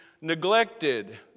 neglected